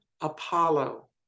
Apollo